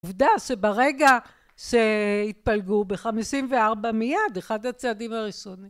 עובדה שברגע שהתפלגו בחמישים וארבע מיד אחד הצעדים הראשונים